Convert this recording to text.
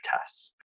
tests